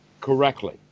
correctly